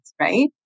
right